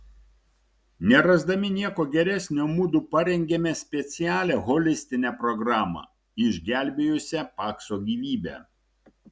nerasdami nieko geresnio mudu parengėme specialią holistinę programą išgelbėjusią pakso gyvybę